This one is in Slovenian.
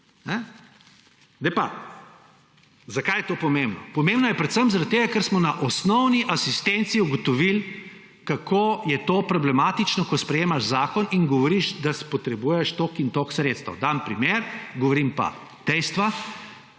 Zakaj je to pomembno? Pomembno je predvsem zaradi tega, ker smo na osnovni asistenci ugotovili, kako je to problematično, ko sprejemaš zakon in govoriš, da potrebuješ toliko in toliko sredstev. Dam primer, govorim pa dejstva.